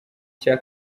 cya